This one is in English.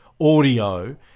audio